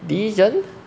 digen~